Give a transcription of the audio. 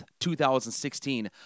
2016